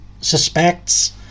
suspects